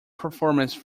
performance